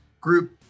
group